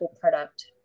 product